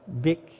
big